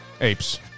Apes